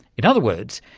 in other words,